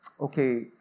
okay